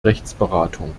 rechtsberatung